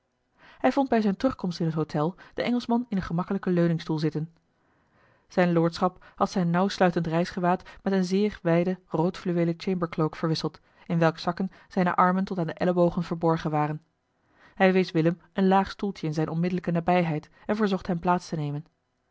hij vond bij zijne terugkomst in het hôtel den engelschman in een gemakkelijken leuningstoel zitten zijn lordschap had zijn nauwsluitend reisgewaad met een zeer wijden rood fluweelen chambercloak verwisseld in welks zakken zijne armen tot aan de ellebogen verborgen waren hij wees willem een laag stoeltje in zijne onmiddellijke nabijheid en verzocht hem plaats te nemen